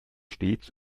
stets